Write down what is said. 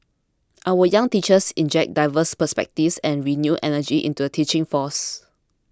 our young teachers inject diverse perspectives and renewed energy into the teaching force